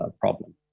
problem